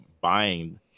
buying